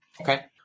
Okay